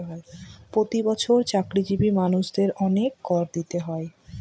প্রতি বছর চাকরিজীবী মানুষদের অনেক কর দিতে হয়